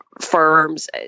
firms